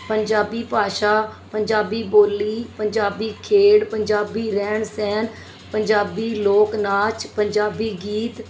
ਪੰਜਾਬੀ ਭਾਸ਼ਾ ਪੰਜਾਬੀ ਬੋਲੀ ਪੰਜਾਬੀ ਖੇਡ ਪੰਜਾਬੀ ਰਹਿਣ ਸਹਿਣ ਪੰਜਾਬੀ ਲੋਕ ਨਾਚ ਪੰਜਾਬੀ ਗੀਤ